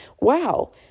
wow